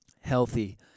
healthy